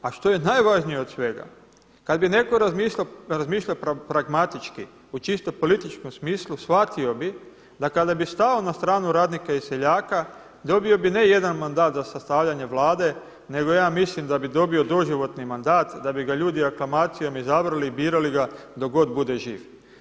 A što je najvažnije od svega, kad bi netko razmišljao pragmatički u čisto političkom smislu shvatio bi, da kada bi stao na stranu radnika i seljaka dobio bi ne jedan mandat za sastavljanje Vlade, nego ja mislim da bi dobio doživotni mandat, da bi ga ljudi aklamacijom izabrali i birali ga dok god bude živ.